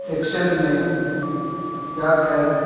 suction میں جا کر